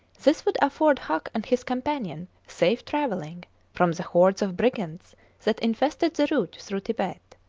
this would afford huc and his companion safe travelling from the hordes of brigands that infested the route through tibet.